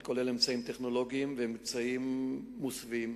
והיא כוללת אמצעים טכנולוגיים ואמצעים מוסווים.